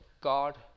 God